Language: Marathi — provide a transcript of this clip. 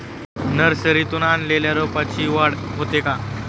नर्सरीतून आणलेल्या रोपाची वाढ होते का?